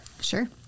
Sure